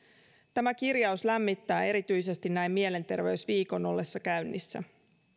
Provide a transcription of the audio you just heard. tämä kirjaus lämmittää erityisesti näin mielenterveysviikon ollessa käynnissä